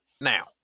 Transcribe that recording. Now